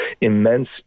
immense